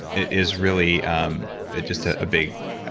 it is really um ah just a big.